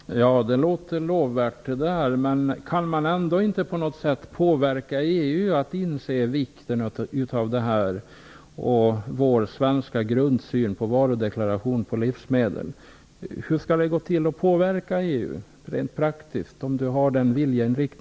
Fru talman! Det låter lovvärt, men kan man inte på något sätt påverka EU att inse vikten av vår svenska grundsyn på varudeklaration på livsmedel? Hur skall man kunna påverka EU rent praktiskt?